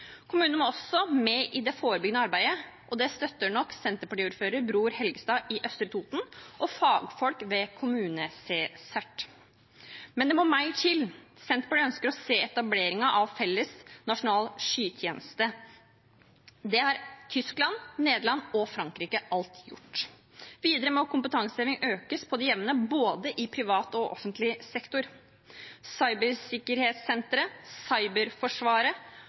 Kommunene må også med i det forebyggende arbeidet, og det støtter nok Senterparti-ordfører Bror Helgestad i Østre Toten og fagfolk ved Kommune-CSIRT. Men det må mer til: Senterpartiet ønsker å se på etablering av en felles, nasjonal skytjeneste. Det har Tyskland, Nederland og Frankrike alt gjort. Videre må kompetanseheving økes på det jevne, både i privat og offentlig sektor. Cybersikkerhetssenteret, Cyberforsvaret,